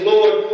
Lord